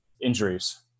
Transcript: injuries